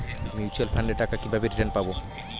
Mutual ফান্ডের টাকা কিভাবে রিটার্ন পাব?